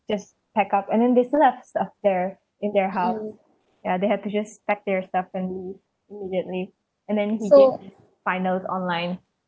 just pack up and then they still have stuff there in their house ya they had to just pack their stuff and leave immediately and then he did finals online